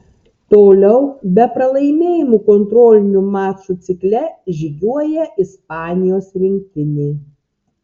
toliau be pralaimėjimų kontrolinių mačų cikle žygiuoja ispanijos rinktinė